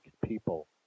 people